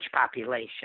population